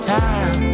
time